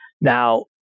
Now